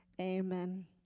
Amen